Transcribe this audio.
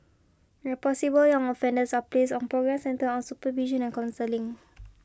where possible young offenders are placed on programmes centred on supervision and counselling